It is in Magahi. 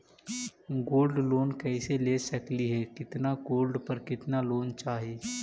गोल्ड लोन कैसे ले सकली हे, कितना गोल्ड पर कितना लोन चाही?